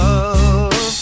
Love